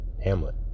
Hamlet